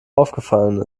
aufgefallen